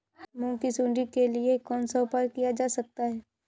मूंग की सुंडी के लिए कौन सा उपाय किया जा सकता है?